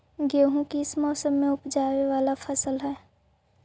गेहूं किस मौसम में ऊपजावे वाला फसल हउ?